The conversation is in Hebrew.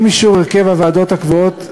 עם אישור הרכב הוועדות הקבועות,